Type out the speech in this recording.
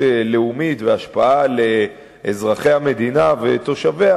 לאומית והשפעה על אזרחי המדינה ועל תושביה,